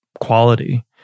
quality